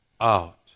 out